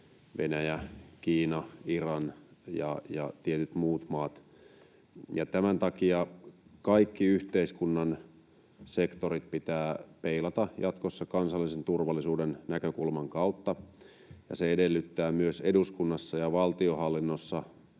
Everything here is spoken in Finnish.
Venäjä, Kiina, Iran ja tietyt muut maat. Tämän takia kaikki yhteiskunnan sektorit pitää peilata jatkossa kansallisen turvallisuuden näkökulman kautta, ja se edellyttää myös eduskunnassa ja valtionhallinnossa